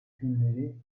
günleri